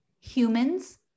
humans